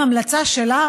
עם המלצה שלה,